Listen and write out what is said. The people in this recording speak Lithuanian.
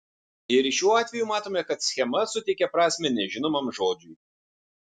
ir šiuo atveju matome kad schema suteikia prasmę nežinomam žodžiui